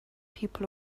people